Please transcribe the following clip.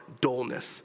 dullness